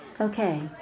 Okay